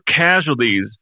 casualties